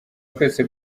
twese